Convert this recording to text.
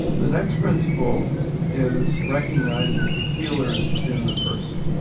the next principle is recognising that the healer is within the person.